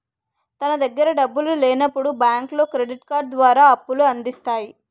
తన దగ్గర డబ్బులు లేనప్పుడు బ్యాంకులో క్రెడిట్ కార్డు ద్వారా అప్పుల అందిస్తాయి